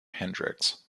hendrix